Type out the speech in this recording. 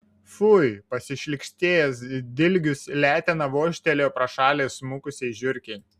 fui pasišlykštėjęs dilgius letena vožtelėjo pro šalį smukusiai žiurkei